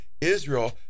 Israel